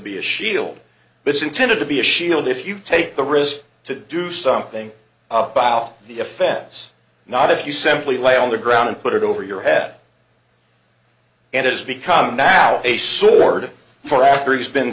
be a shield but it's intended to be a shield if you take the risk to do something about the offense not if you simply lay on the ground and put it over your head and it has become now a sword for after he's been